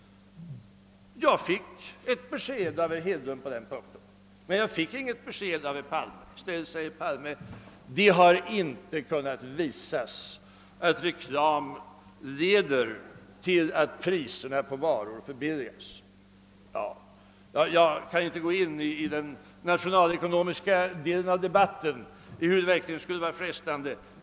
Herr Hedlund gav ett besked på denna punkt, men jag fick inget besked av herr Palme. I stället säger herr Palme: Det har inte kunnat visas att reklam leder till att priserna på va ror blir lägre. Ja, jag kan inte gå in på den nationalekonomiska delen av problemet, ehuru det är frestande.